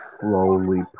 slowly